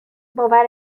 باور